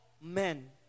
men